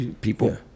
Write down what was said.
People